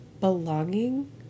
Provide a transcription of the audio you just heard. Belonging